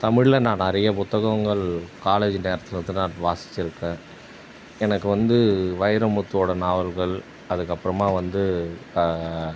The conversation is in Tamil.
தமிழில் நான் நிறைய புத்தகங்கள் காலேஜி நேரத்தில் வந்து நான் வாசிச்சுருக்கேன் எனக்கு வந்து வைரமுத்துவோட நாவல்கள் அதுக்கப்புறமா வந்து